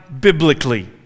biblically